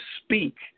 speak